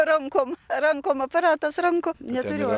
rankom rankom aparatas rankų neturiu